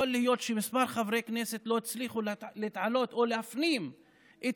יכול להיות שכמה חברי כנסת לא הצליחו להתעלות או להפנים את